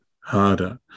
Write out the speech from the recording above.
harder